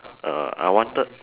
err I wanted